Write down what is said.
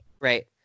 Right